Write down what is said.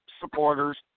supporters